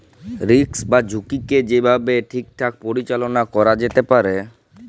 risk বা ঝুঁকিকে যে ভাবে ঠিকঠাক পরিচাললা ক্যরা যেতে পারে